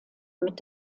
mit